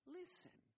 listen